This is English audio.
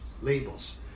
labels